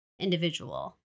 individual